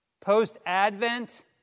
post-advent